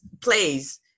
plays